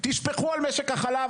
תשפכו על משק החלב,